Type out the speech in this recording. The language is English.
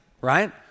right